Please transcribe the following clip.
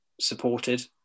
supported